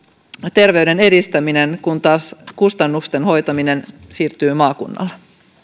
terveyden edistäminen kun taas kustannusten hoitaminen siirtyy maakunnalle